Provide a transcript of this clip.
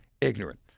ignorant